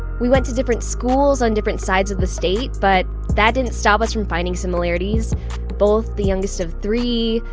we went to different schools on different sides of the state but that didn't stop us from finding similarities both the youngest of three,